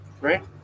right